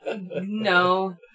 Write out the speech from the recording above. No